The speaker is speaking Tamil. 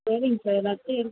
சரிங்க சார் ஃபஸ்ட்டு